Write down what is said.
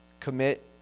commit